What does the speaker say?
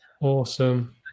awesome